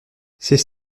c’est